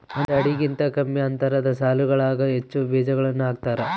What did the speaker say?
ಒಂದು ಅಡಿಗಿಂತ ಕಮ್ಮಿ ಅಂತರದ ಸಾಲುಗಳಾಗ ಹೆಚ್ಚು ಬೀಜಗಳನ್ನು ಹಾಕ್ತಾರ